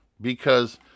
because-